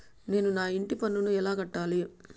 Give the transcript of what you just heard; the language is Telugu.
నేను నా ఇంటి పన్నును ఎలా కట్టాలి?